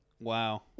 Wow